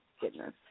goodness